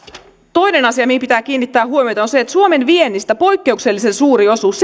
toinen asia mihin pitää kiinnittää huomiota on se että suomen viennistä poikkeuksellisen suuri osuus